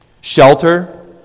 shelter